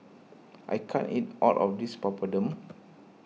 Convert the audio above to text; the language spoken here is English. I can't eat all of this Papadum